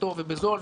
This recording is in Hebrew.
טוב ובזול,